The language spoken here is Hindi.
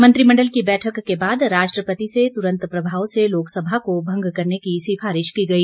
मंत्रिमंडल की बैठक क बाद राष्ट्रपति से तुरंत प्रभाव से लोकसभा को भंग करने की सिफारिश की गई